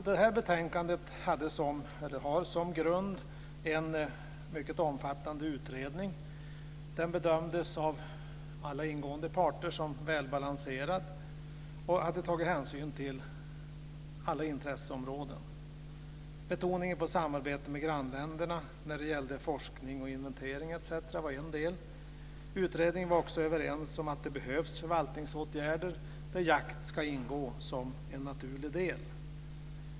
Det här betänkandet har som grund en mycket omfattande utredning. Den bedömdes av alla berörda parter som välbalanserad och man hade tagit hänsyn till alla intresseområden. Betoningen på samarbete med grannländerna när det gäller bl.a. forskning och inventering var en del. I utredningen var man också överens om att det behövs förvaltningsåtgärder där jakt ska ingå som en naturlig del.